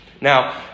Now